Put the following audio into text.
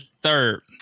Third